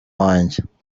wanjye